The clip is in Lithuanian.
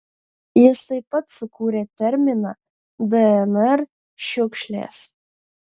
jis taip pat sukūrė terminą dnr šiukšlės